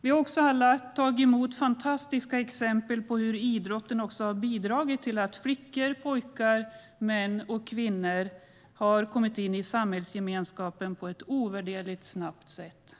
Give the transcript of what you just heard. Vi har också alla tagit del av fantastiska exempel på hur idrotten har bidragit till att flickor och pojkar, män och kvinnor har kommit in i samhällsgemenskapen på ett ovärderligt snabbt sätt.